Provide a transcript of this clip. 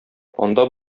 анда